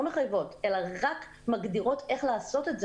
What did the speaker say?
מחייבות אלא רק מגדירות איך לעשות את זה,